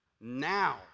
now